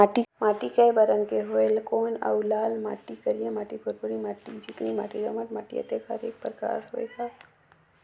माटी कये बरन के होयल कौन अउ लाल माटी, करिया माटी, भुरभुरी माटी, चिकनी माटी, दोमट माटी, अतेक हर एकर प्रकार हवे का?